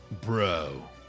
Bro